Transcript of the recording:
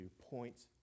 points